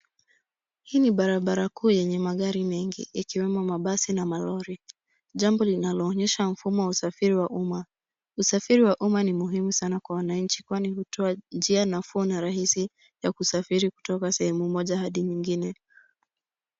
Hii ni barabara kuu yenye magari mengi, ikiwemo mabasi na malori. Jambo linaloonyesha mfumo wa usafiri wa uma. Usafiri wa uma ni muhimu sana kwa waninchi, kwani hutua njia nafuu na rahisi ya usafiri kutoka sehemu moja hadi nyingine.